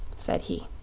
said he.